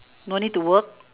no need to work